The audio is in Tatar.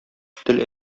тел